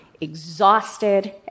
exhausted